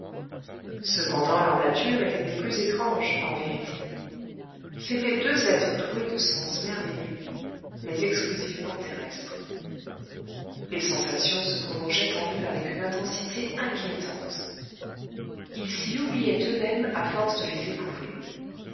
cependant leur nature était des plus étranges en vérité c'étaient deux êtres doués de sens merveilleux mais exclusivement terrestres les sensations se prolongeaient en eux avec une intensité inquiétante ils s'y oubliaient eux-mêmes à force de les éprouver